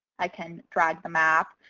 i can drag the map.